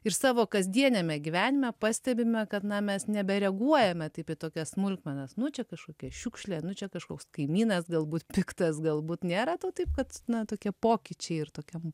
ir savo kasdieniame gyvenime pastebime kad na mes nebereaguojame taip į tokias smulkmenas nu čia kažkokia šiukšlė nu čia kažkoks kaimynas galbūt piktas galbūt nėra tau taip kad na tokie pokyčiai ir tokiam